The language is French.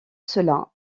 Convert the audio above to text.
cela